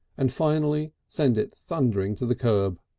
and finally sent it thundering to the curb.